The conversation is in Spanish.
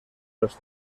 los